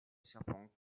serpent